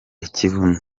ikibuno